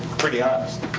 pretty honest.